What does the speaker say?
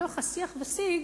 בתוך השיח ושיג,